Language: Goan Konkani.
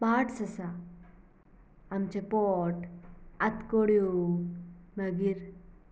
पार्ट्स आसा आमचें पोट आंतकड्यो मागीर